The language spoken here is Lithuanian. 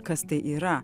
kas tai yra